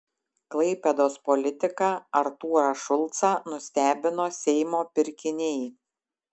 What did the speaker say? klaipėdos politiką artūrą šulcą nustebino seimo pirkiniai